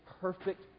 perfect